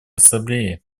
ассамблее